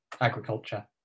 agriculture